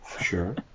sure